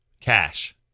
cash